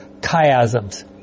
chiasms